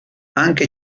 anche